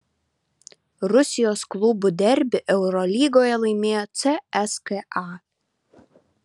rusijos klubų derbį eurolygoje laimėjo cska